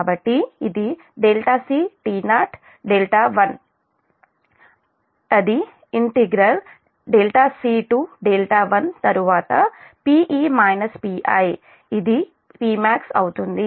కాబట్టి ఇది c t0 1 c1తరువాత ఇది Pmax అవుతుంది